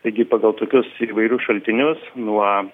taigi pagal tokius įvairius šaltinius nuo